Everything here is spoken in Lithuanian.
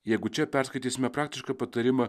jeigu čia perskaitysime praktišką patarimą